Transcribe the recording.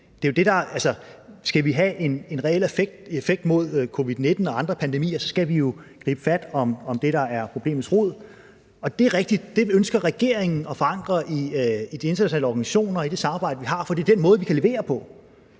Skal vi have en reel effekt mod covid-19 og andre pandemier, skal vi jo gribe fat om det, der er problemets rod. Det er rigtigt, at det ønsker regeringen at forankre i de internationale organisationer, altså i det samarbejde, vi har, for det er den måde, vi kan levere på,